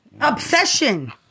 Obsession